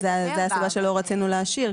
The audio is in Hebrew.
זו הסיבה שלא רצינו להשאיר,